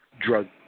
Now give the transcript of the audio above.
drug